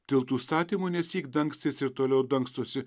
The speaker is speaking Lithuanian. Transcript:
tiltų statymu nesyk dangstėsi ir toliau dangstosi